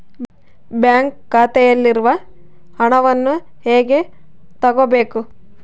Bank ಖಾತೆಯಲ್ಲಿರುವ ಹಣವನ್ನು ಹೇಗೆ ತಗೋಬೇಕು?